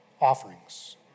Offerings